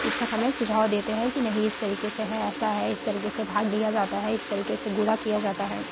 शिक्षक हमें सुझाव देते हैं कि नहीं इस तरीक़े से है ऐसा है इस तरीक़े से भाग दिया जाता है इस तरीक़े से गुणा किया जाता है